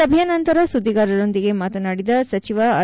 ಸಭೆಯ ನಂತರ ಸುದ್ಧಿಗಾರರೊಂದಿಗೆ ಮಾತನಾಡಿದ ಸಚಿವ ಆರ್